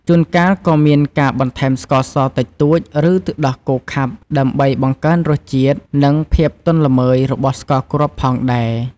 ជួនកាលក៏មានការបន្ថែមស្ករសតិចតួច ឬទឹកដោះគោខាប់ ដើម្បីបង្កើនរសជាតិ និងភាពទន់ល្មើយរបស់ស្ករគ្រាប់ផងដែរ។